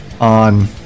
on